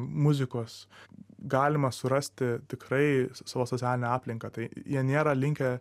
muzikos galima surasti tikrai savo socialinę aplinką tai jie nėra linkę